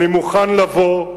אני מוכן לבוא,